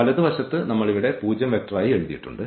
വലതുവശത്ത് നമ്മൾ ഇവിടെ പൂജ്യം വെക്റ്റർ ആയി എഴുതിയിട്ടുണ്ട്